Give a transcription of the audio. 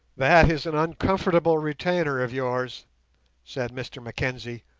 that is an uncomfortable retainer of yours said mr mackenzie,